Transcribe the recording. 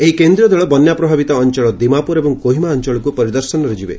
ଏହି କେନ୍ଦ୍ରୀୟ ଦଳ ବନ୍ୟା ପ୍ରଭାବିତ ଅଞ୍ଚଳ ଦିମାପୁର ଏବଂ କୋହିମା ଅଞ୍ଚଳକ୍ ପରିଦର୍ଶନରେ ଯିବେ